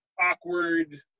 awkward